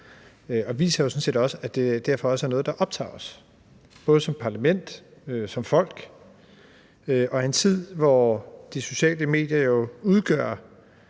Det viser sådan set, at det derfor også er noget, der optager os, både som parlament og som folk. Vi er i en tid, hvor de sociale medier jo udgør